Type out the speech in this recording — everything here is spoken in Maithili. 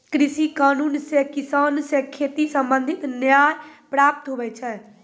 कृषि कानून से किसान से खेती संबंधित न्याय प्राप्त हुवै छै